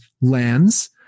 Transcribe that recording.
lands